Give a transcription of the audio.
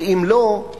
כי אם לא,